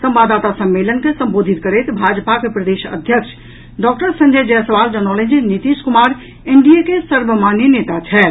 संवाददाता सम्मेलन के संबोधित करैत भाजपाक प्रदेश अध्यक्ष डॉक्टर संजय जायसवाल जनौलनि जे नीतीश कुमार एनडीए के सर्वमान्य नेता छथि